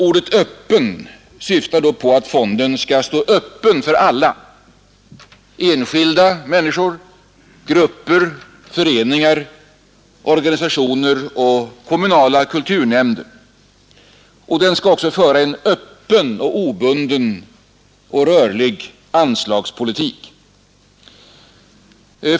Ordet öppen syftar då på att fonden skall stå öppen för alla: enskilda människor, grupper, föreningar, organisationer och kommunala kulturnämnder. Den skall också föra en öppen, obunden och rörlig anslagspolitik.